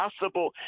possible